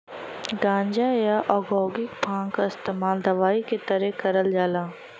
गांजा, या औद्योगिक भांग क इस्तेमाल दवाई के तरे करल जाला